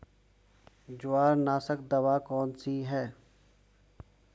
जवारनाशक दवा कौन सी है?